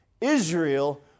Israel